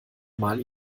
mal